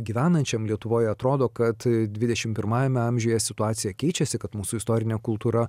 gyvenančiam lietuvoje atrodo kad dvidešimt pirmajame amžiuje situacija keičiasi kad mūsų istorinė kultūra